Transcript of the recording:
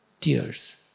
tears